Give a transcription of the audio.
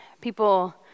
People